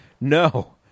no